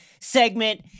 segment